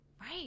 right